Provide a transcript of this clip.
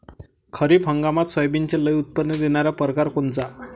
खरीप हंगामात सोयाबीनचे लई उत्पन्न देणारा परकार कोनचा?